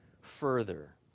further